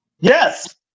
Yes